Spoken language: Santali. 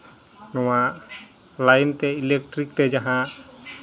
ᱱᱚᱣᱟ ᱞᱟᱭᱤᱱ ᱛᱮ ᱤᱞᱮᱠᱴᱨᱤᱠ ᱛᱮ ᱡᱟᱦᱟᱸ